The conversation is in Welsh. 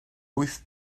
wyth